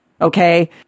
okay